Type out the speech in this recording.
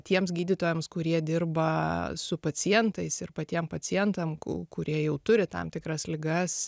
tiems gydytojams kurie dirba su pacientais ir patiem pacientam kurie jau turi tam tikras ligas